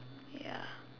ya